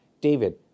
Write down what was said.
David